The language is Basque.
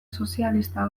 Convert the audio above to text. sozialista